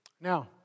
Now